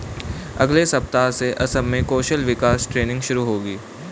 अगले सप्ताह से असम में कौशल विकास ट्रेनिंग शुरू होगी